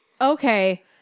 okay